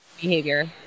behavior